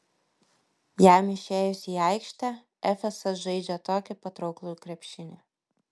jam išėjus į aikštę efesas žaidžią tokį patrauklų krepšinį